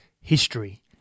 history